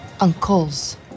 Uncles